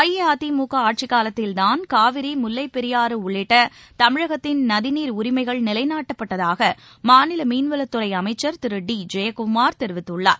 அஇஅதிமுகஆட்சிக்காலத்தில்தான் காவிரி முல்லைப்பெரியாறுஉள்ளிட்டதமிழகத்தின் நதிநீர் உரிமைகள் நிலைநாட்டப்பட்டதாகமாநிலமீன்வளத்துறைஅமைச்சர் திரு டி ஜெயக்குமார் தெரிவித்துள்ளார்